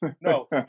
No